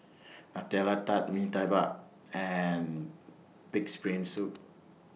Nutella Tart Mee Tai Mak and Pig'S Brain Soup